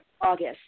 August